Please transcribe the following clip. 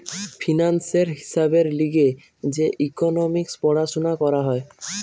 ফিন্যান্সের হিসাবের লিগে যে ইকোনোমিক্স পড়াশুনা করা হয়